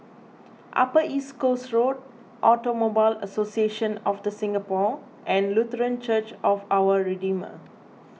Upper East Coast Road Automobile Association of the Singapore and Lutheran Church of Our Redeemer